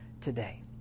today